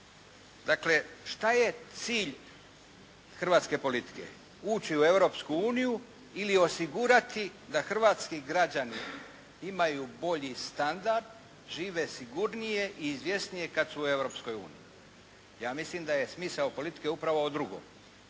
Dakle, šta je cilj hrvatske politike? Ući u Europsku uniju ili osigurati da hrvatski građani imaju bolji standard, žive sigurnije i izvjesnije kad su u Europskoj uniji. Ja mislim da je smisao politike upravo ovo drugo.